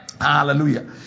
Hallelujah